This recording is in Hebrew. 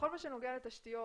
בכל מה שנוגע לתשתיות,